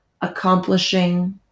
accomplishing